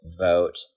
vote